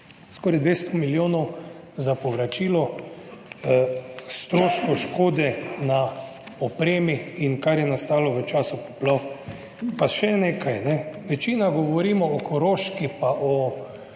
Skoraj 200 milijonov za povračilo stroškov škode na opremi in kar je nastalo v času poplav. Pa še nekaj, večina govorimo o Koroški, pa o